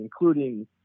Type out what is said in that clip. including